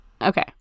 Okay